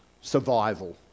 survival